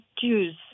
Jews